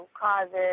causes